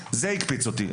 וזה הקפיץ אותי.